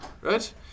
right